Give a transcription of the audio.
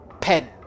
pen